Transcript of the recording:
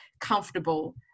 comfortable